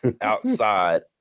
outside